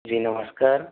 जी नमस्कार